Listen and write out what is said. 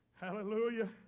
hallelujah